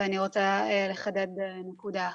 ואני רוצה לחדד נקודה אחת.